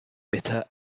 bitter